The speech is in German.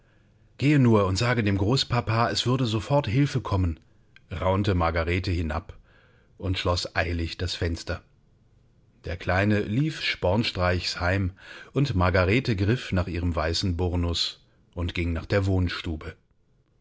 gehe nur und sage dem großpapa es würde sofort hilfe kommen raunte margarete hinab und schloß eilig das fenster der kleine lief spornstreichs heim und margarete griff nach ihrem weißen burnus und ging nach der wohnstube